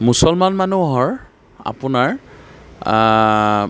মুছলমান মানুহৰ আপোনাৰ